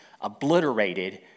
obliterated